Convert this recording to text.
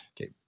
Okay